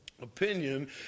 Opinion